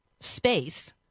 space